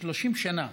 30 שנה.